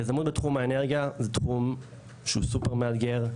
יזמות בתחום האנרגיה זה תחום שהוא סופר מאתגר,